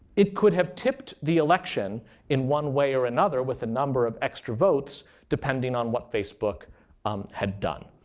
it could have tipped the election in one way or another with a number of extra votes depending on what facebook um had done.